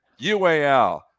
ual